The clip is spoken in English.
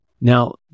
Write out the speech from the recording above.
Now